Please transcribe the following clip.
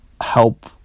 help